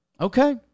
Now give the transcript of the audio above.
Okay